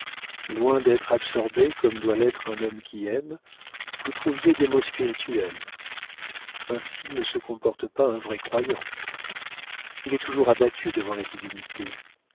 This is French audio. loin d'être absorbé comme doit l'être un homme qui aime vous trouviez des mots spirituels ainsi ne se comporte pas un vrai croyant il est toujours abattu devant la divinité